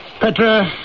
Petra